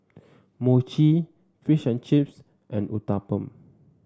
Mochi Fish and Chips and Uthapam